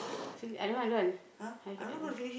actualy I don't want I don't want I I don't want